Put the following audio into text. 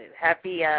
Happy